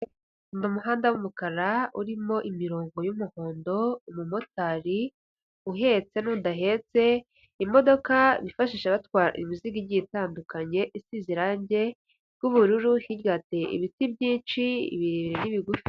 Ni umuhanda w'umukara urimo imirongo y'umuhondo, umumotari uhetse n'udahetse, imodoka bifashisha batwara imiziga igiye itandukanye, isize irangi ry'ubururu, hirya hateye ibiti byinshi, ibirebire n'ibigufi.